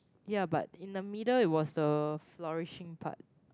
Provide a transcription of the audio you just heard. ya but in the middle it was the flourishing part